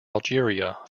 algeria